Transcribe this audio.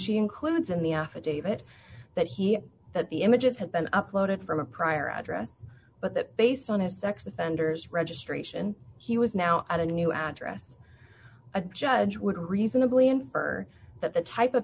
she includes in the affidavit that he that the images have been uploaded from a prior address but that based on his sex offenders registration he was now at a new address a judge would reasonably infer that the type of